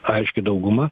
aiški dauguma